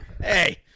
Hey